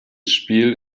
spiel